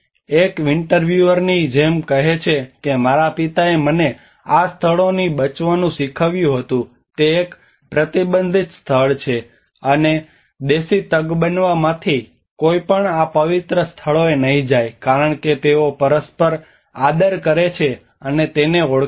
એક ઇન્ટરવ્યુઅરની જેમ કહે છે કે મારા પિતાએ મને આ સ્થળોથી બચવાનું શીખવ્યું હતું તે એક પ્રતિબંધિત સ્થળ છે અને દેશી તગબનવામાંથી કોઈ પણ આ પવિત્ર સ્થળોએ નહીં જાય કારણ કે તેઓ પરસ્પર આદર કરે છે અને તેને ઓળખે છે